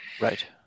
right